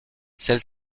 celle